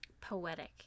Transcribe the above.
poetic